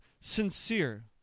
sincere